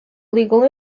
legal